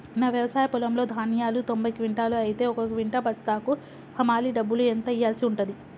నా వ్యవసాయ పొలంలో ధాన్యాలు తొంభై క్వింటాలు అయితే ఒక క్వింటా బస్తాకు హమాలీ డబ్బులు ఎంత ఇయ్యాల్సి ఉంటది?